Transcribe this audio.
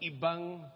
ibang